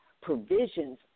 provisions